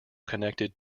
connected